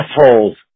assholes